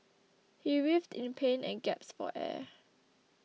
he writhed in pain and gasped for air